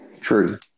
True